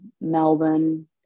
Melbourne